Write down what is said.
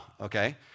okay